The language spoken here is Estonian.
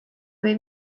või